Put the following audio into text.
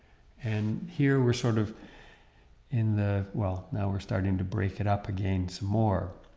and here, we're sort of in the well now, we're starting to break it up again some more.